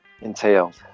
entailed